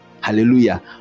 hallelujah